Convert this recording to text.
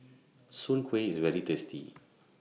Soon Kway IS very tasty